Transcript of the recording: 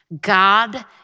God